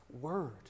Word